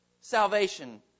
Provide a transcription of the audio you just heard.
salvation